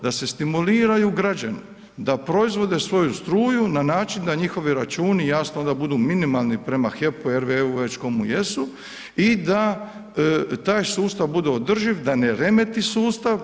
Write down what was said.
Da se stimuliraju građani da proizvode svoju struju na način da njihovi računi jasno onda budu minimalni prema HEP-u RWE-u, već komu jesu i da taj sustav bude održiv, da ne remeti sustav.